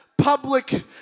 public